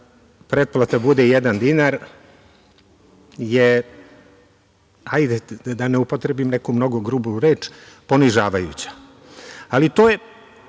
pretplata bude jedan dinar je, da ne upotrebim neku mnogo grubu reč, ponižavajuća, ali to je